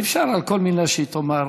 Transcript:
אי-אפשר על כל מילה שהיא תאמר,